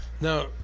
now